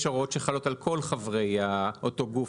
יש הוראות שחלות על כל חברי אותו גוף,